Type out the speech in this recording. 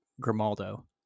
Grimaldo